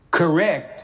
correct